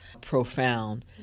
profound